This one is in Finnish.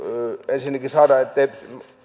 ensinnäkin ettei